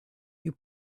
you